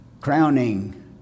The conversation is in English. crowning